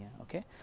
okay